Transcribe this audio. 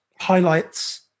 highlights